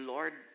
Lord